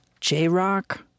J-rock